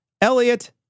Elliot